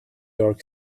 york